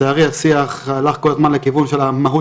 לצערי השיח הלך כל הזמן לכיוון של המהות